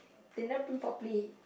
they never print properly